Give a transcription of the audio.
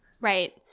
Right